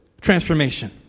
transformation